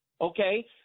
okay